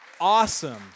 awesome